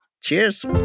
Cheers